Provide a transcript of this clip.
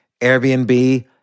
Airbnb